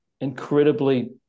incredibly